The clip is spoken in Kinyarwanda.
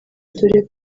dore